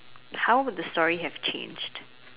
how would the story have changed